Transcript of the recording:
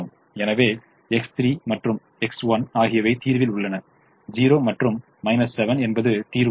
எனவே X3 மற்றும் X1 ஆகியவை தீர்வில் உள்ளன 0 மற்றும் 7 தீர்வாகும்